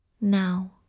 Now